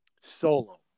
solo